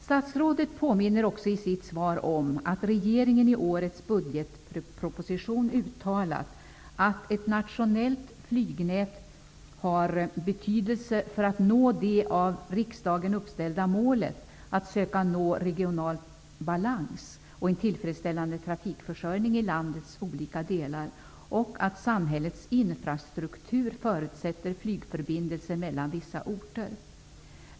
Statsrådet påminner också i sitt svar om att regeringen i årets budgetproposition uttalat att ett nationellt flygnät har betydelse för att vi skall nå det av riksdagen uppställda målet att söka nå regional balans och en tillfredsställande trafikförsörjning i landets olika delar och att samhällets infrastruktur förutsätter flygförbindelser mellan vissa orter.